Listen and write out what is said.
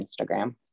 Instagram